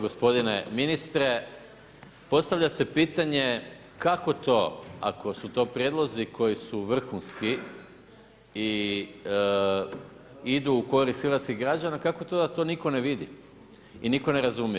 Gospodine ministre, postavlja se pitanje, kako to ako su to prijedlozi koji su vrhunski i idu u korist hrvatskih građana, kako to da to nitko ne vidi i nitko ne razumije?